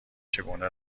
چگونه